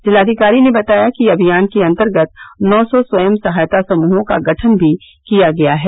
जिलाधिकारी ने बताया कि अभियान के अंतर्गत नौ सौ स्वयं सहायता समूहों का गठन भी किया गया है